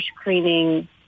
screening